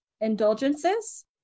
indulgences